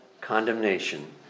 condemnation